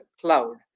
cloud